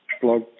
blog